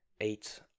eight